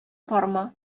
барма